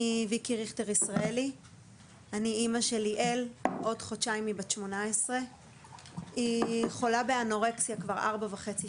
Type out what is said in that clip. אני אמא של ליאל שעוד חודשיים היא בת 18. היא חולה באנורקסיה כבר ארבע שנים וחצי.